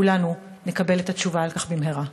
וכולנו נקבל את התשובה על כך במהרה.